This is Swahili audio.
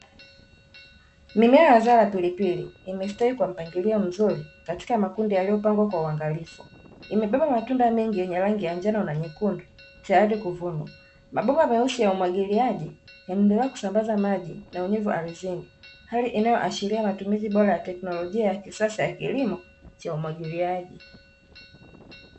Mimea ya zao la pilipili imestawi kwa mpangilio mzuri katika makundi yaliyopangwa kwa uangalifu. Imebeba matunda mengi yenye rangi ya njano na nyekundu tayari kuvunwa, mabomba meusi ya umwagiliaji yanaendelea kusambaza maji na unyevu ardhini hali inayoashiria matumizi bora ya teknolojia ya kisasa ya kilimo cha umwagiliaji.